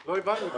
את יכולה להסביר?